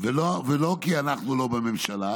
ולא כי אנחנו לא בממשלה,